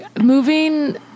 Moving